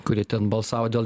kurie ten balsavo dėl